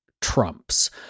trumps